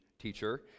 teacher